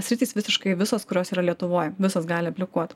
sritys visiškai visos kurios yra lietuvoj visos gali aplikuot